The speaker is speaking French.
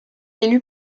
élu